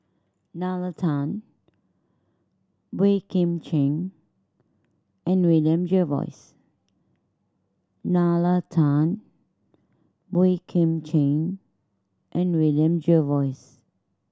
Nalla Tan Boey Kim Cheng and William Jervois